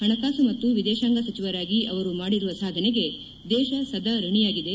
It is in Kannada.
ಹಣಕಾಸು ಮತ್ತು ವಿದೇಶಾಂಗ ಸಚಿವರಾಗಿ ಅವರು ಮಾಡಿರುವ ಸಾಧನೆಗೆ ದೇಶ ಸದಾ ಋಣಿಯಾಗಿದೆ